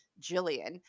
Jillian